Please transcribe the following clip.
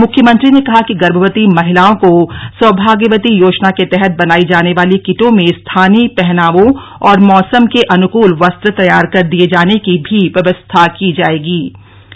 मुख्यमंत्री ने कहा कि गर्भवती महिलाओं को सौभाग्यवती योजना के तहत बनायी जाने वाली किटों में स्थानीय पहनावों और मौसम के अनुकल वस्त्र तैयार कर दिये जाने की भी व्यवस्था की गयी है